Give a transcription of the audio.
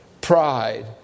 Pride